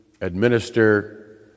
administer